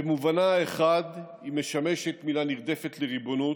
במובנה האחד היא משמשת מילה נרדפת לריבונות,